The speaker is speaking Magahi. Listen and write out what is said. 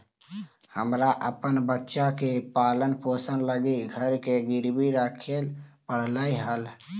हमरा अपन बच्चा के पालन पोषण लागी घर के गिरवी रखे पड़लई हल